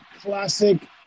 classic